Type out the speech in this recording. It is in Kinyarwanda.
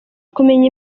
kumenya